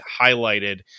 highlighted